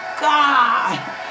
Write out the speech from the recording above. God